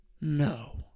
No